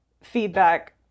feedback